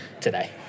today